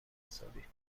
حسابی